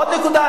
עוד נקודה,